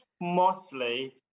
mostly